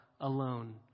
alone